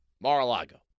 Mar-a-Lago